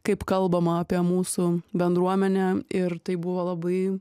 kaip kalbama apie mūsų bendruomenę ir tai buvo labai